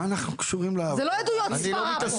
מה אנחנו קשורים --- זה לא עדויות סברה פה.